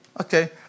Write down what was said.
okay